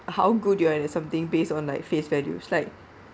how good you are at something based on like face values like